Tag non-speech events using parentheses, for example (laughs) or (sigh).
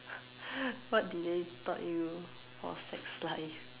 (laughs) what did they taught you for sex life